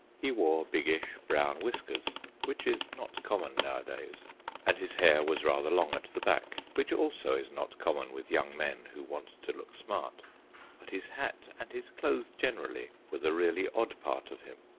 he wore biggish brown whiskers which is not common nowadays and his hair was rather long at the back which also is not common with young men who want to look smart but his hat, and his clothes generally, were the really odd part of him.